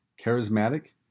charismatic